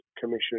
Commission